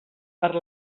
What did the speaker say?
per